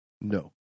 No